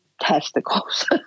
testicles